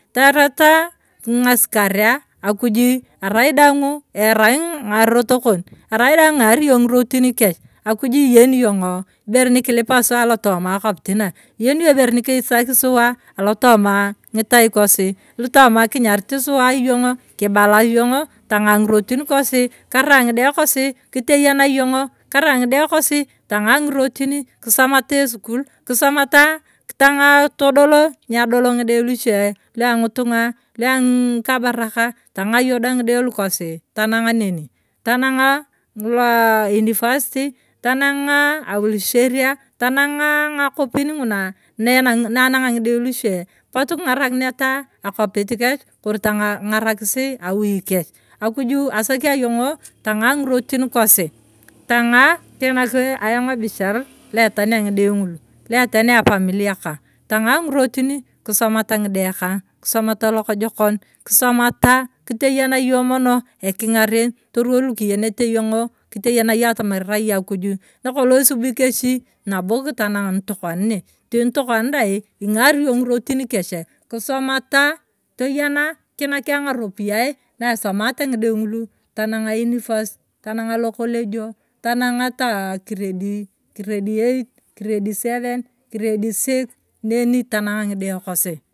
Tarata ng’asikaria, akuju arai daang’u arai eroto kon, arai daang’u ing’aari yong erot kech. akuju iyeni yong ibere nikilipa suwa alotoma akopit na iyeni yong ibere nikisaki suwa alotoma ng’itai kosi. Alotoma kinyarit suwa yong’o, kibala yong’o tang’aa ng’irotin kosi, karai ng’ide kosi kiteyana yong’o, karai ng’ide kosi tang’aa ng’irotini, kisomata esukul kisomata tang’aa todoto niadoto ng’ide luchie luang’itung’a, luang’ikabaraka tang’aa yong dai ng’ide kosi tanang’a neni, tanang’a lua university, tanang’a aurusheria tanang’a ng’akopin ng’una luanang’a ng’ide luche, potu king’ara kineta akopit kech ori kingarakisi awui kech akuju asakiang yong’o tang’aa ng’irotin kosi, tang’a kiinak ayona ebichar luetani ng’ide ng’ulu, luetani atamilia kang, tang’aa ng’irotin kisomata ng’ide kang, kisomata lokojokon kiteyana yona mono eking’aren, toruwar lukigete yong’o kiteyana yong atamar irai yong akuju, nakolong isubi kechi kitanang’ nitokona ne, tokona dai ing’ari yong ng’irotin kechi kisomata, toyana, kinaki ayong’o ng’aropiyae naisomata ng’ide ng’ulu, tanang’a university, tanang’eta lokolejio tana ng’a ta gired eight, gired seben, gired six neni tanang’a ng’ide kosi.